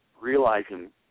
realizing